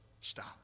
stop